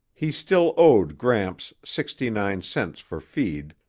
he still owed gramps sixty-nine cents for feed,